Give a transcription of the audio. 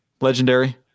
Legendary